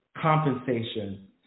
compensation